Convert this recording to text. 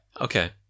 Okay